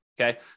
okay